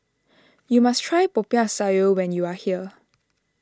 you must try Popiah Sayur when you are here